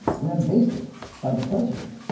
lambasted by the president.